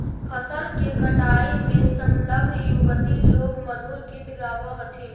फसल के कटाई में संलग्न युवति लोग मधुर गीत गावऽ हथिन